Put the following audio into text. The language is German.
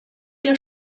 der